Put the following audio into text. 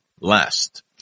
last